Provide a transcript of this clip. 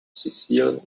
cecil